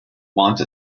wanta